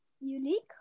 unique